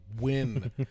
win